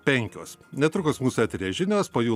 penkios netrukus mūsų eteryje žinios po jų